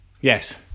Yes